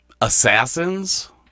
Assassins